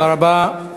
תודה רבה,